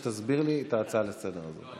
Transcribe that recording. אני רוצה שתסביר לי את ההצעה לסדר-היום הזאת.